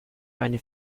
eine